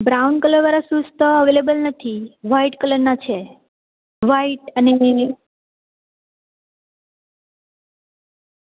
brown કલરવાળા shoes તો available નથી વ્હાઈટ કલર ના છે વ્હાઈટ અને મીની